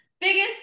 biggest